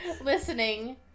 listening